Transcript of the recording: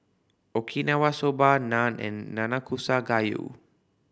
Okinawa Soba Naan and Nanakusa Gayu